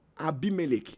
Abimelech